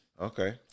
Okay